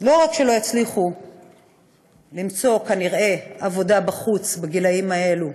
לא רק שלא יצליחו למצוא כנראה עבודה בחוץ בגילים האלה,